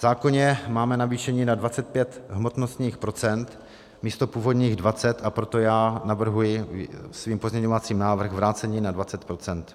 V zákoně máme navýšení na 25 hmotnostních procent místo původních 20, a proto navrhuji svým pozměňovacím návrhem vrácení na 20 %.